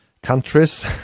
countries